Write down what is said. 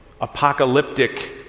Apocalyptic